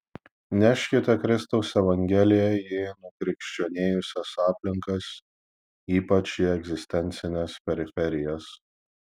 neškite kristaus evangeliją į nukrikščionėjusias aplinkas ypač į egzistencines periferijas